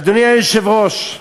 אדוני היושב-ראש,